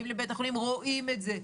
באים לבית חולים ורואים את זה,